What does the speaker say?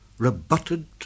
Rebutted